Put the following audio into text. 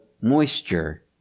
moisture